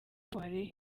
espoir